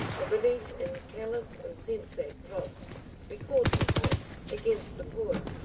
a belief in callous insensate plots we called them plots against the poor.